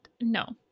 No